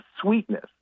sweetness